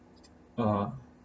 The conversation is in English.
uh